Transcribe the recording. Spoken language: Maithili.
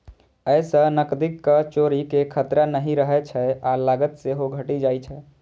अय सं नकदीक चोरी के खतरा नहि रहै छै आ लागत सेहो घटि जाइ छै